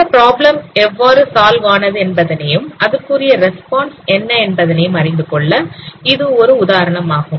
இந்த ப்ராப்ளம் எவ்வாறு சால்வ் ஆனது என்பதனையும் அதற்குரிய ரெஸ்பான்ஸ் என்ன என்பதனையும் அறிந்து கொள்ள இது ஒரு உதாரணமாகும்